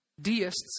Deists